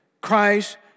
Christ